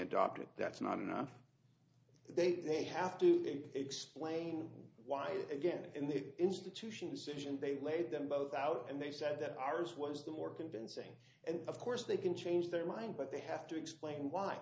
adopt it that's not enough they they have to they explain why again in the institution decision they laid them both out and they said that ours was the more convincing and of course they can change their mind but they have to explain why